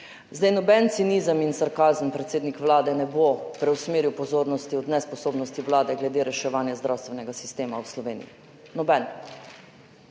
luči. Noben cinizem in sarkazem, predsednik Vlade, ne bo preusmeril pozornosti od nesposobnosti vlade glede reševanja zdravstvenega sistema v Sloveniji. Noben.